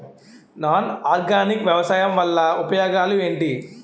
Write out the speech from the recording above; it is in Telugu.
నాన్ ఆర్గానిక్ వ్యవసాయం వల్ల ఉపయోగాలు ఏంటీ?